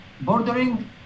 bordering